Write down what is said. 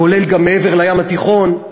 גם מעבר לים התיכון,